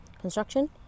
Construction